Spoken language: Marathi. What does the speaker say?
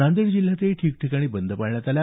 नांदेड जिल्ह्यातही ठिकठिकाणी बंद पाळण्यात आला